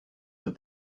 that